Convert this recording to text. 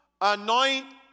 anoint